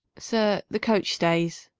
sir, the coach stays.